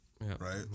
right